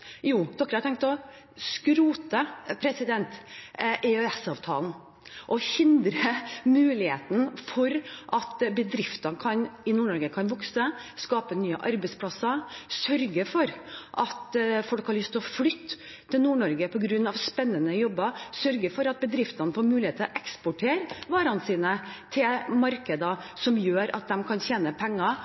skrote EØS-avtalen og hindre mulighet for at bedriftene i Nord-Norge kan vokse og skape nye arbeidsplasser – som sørger for at folk har lyst til å flytte til Nord-Norge på grunn av spennende jobber, og sørger for at bedriftene får mulighet til å eksportere varene sine til markeder som gjør at de kan tjene penger